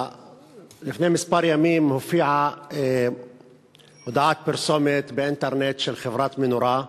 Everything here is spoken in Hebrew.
לפני כמה ימים הופיעה הודעת פרסומת באינטרנט של חברת "מנורה",